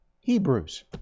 Hebrews